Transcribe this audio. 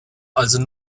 also